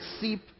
seep